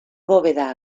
bóveda